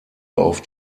auf